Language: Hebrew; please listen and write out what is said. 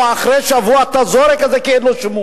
או שאחרי שבוע אתה זורק את זה כי אין לו שימוש.